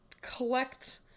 collect